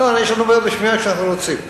לא, יש לנו בעיות בשמיעה כשאנחנו רוצים.